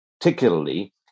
particularly